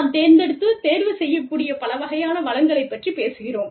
நாம் தேர்ந்தெடுத்து தேர்வுசெய்யக்கூடிய பலவகையான வளங்களைப் பற்றிப் பேசுகிறோம்